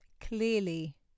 clearly